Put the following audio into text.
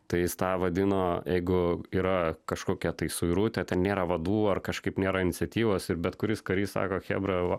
tai jis tą vadino jeigu yra kažkokia tai suirutė ten nėra vadų ar kažkaip nėra iniciatyvos ir bet kuris karys sako chebra